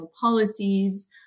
policies